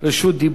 אנחנו מצביעים,